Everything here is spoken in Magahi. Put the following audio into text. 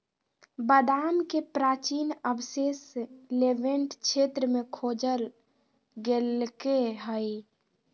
बादाम के प्राचीन अवशेष लेवेंट क्षेत्र में खोजल गैल्के हइ